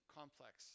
complex